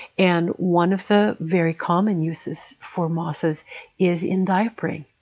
and one of the very common uses for mosses is in diapering.